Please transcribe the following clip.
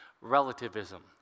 relativism